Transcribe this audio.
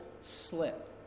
slip